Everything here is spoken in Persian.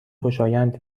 خوشایند